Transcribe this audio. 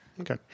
Okay